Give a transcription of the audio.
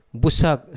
busak